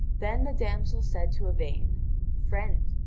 then the damsel said to yvain friend,